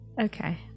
Okay